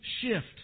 shift